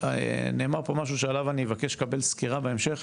נאמר פה משהו שעליו אני אבקש לקבל סקירה בהמשך.